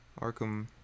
Arkham